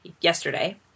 yesterday